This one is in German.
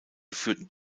geführten